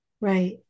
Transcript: Right